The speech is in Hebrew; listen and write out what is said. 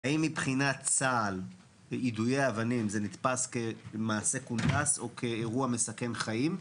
האם מבחינת צה"ל יידויי אבנים נתפסים כמעשה קונדס או כאירוע מסכן חיים?